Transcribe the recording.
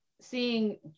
seeing